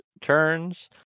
turns